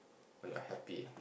when you're happy